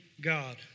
God